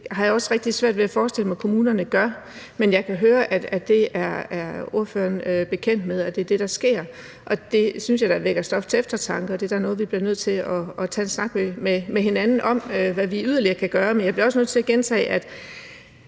Det har jeg også rigtig svært ved at forestille mig at kommunerne gør. Men jeg kan høre, at ordføreren er bekendt med, er det er det, der sker, og det synes jeg da vækker stof til eftertanke, og det er da noget, vi er nødt til at tage en snak med hinanden om, i forhold til hvad vi yderligere kan gøre. Men jeg bliver også nødt til at gentage, at